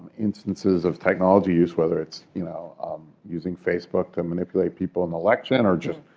instances of technology use whether it's you know um using facebook to manipulate people in the election or just